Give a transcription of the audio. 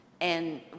and-